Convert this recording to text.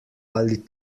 ali